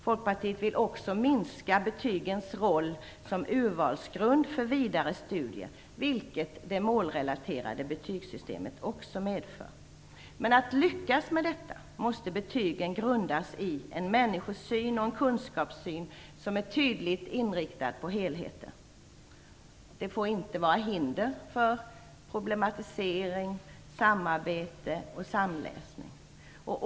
Folkpartiet vill också minska betygens roll som urvalsgrund för vidare studier, vilket det målrelaterade betygssystemet också medför. Men för att lyckas med detta måste betygen grundas i en människosyn och en kunskapssyn som är tydligt inriktad på helheter. De får t.ex. inte vara hinder för problematisering och samarbete/samläsning.